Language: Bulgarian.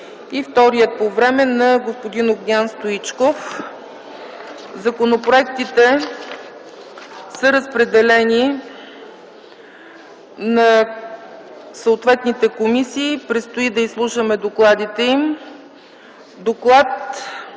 вторият по време е на господин Огнян Стоичков. Законопроектите са разпределени на съответните комисии – предстои да изслушаме докладите им. Доклад